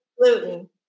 Gluten